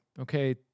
Okay